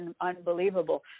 unbelievable